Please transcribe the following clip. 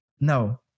No